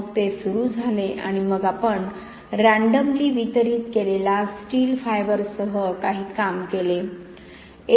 मग ते सुरू झाले आणि मग आपण ऱ्यानङमली वितरित केलेल्या स्टील फायबरसह काही काम केले